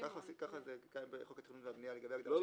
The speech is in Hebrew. --- ככה זה בחוק התכנון והבנייה לגבי --- לא,